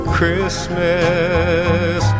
Christmas